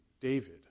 David